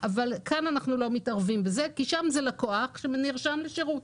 אבל כאן אנחנו לא מתערבים בזה כי זה לקוח שנרשם לשירות.